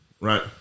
Right